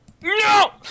No